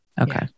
okay